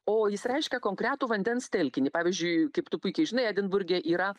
o jis reiškia konkretų vandens telkinį pavyzdžiui kaip tu puikiai žinai edinburge yra